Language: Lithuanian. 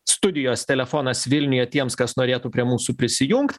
studijos telefonas vilniuje tiems kas norėtų prie mūsų prisijungt